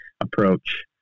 approach